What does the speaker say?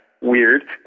Weird